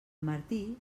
martí